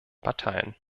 parteien